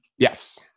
Yes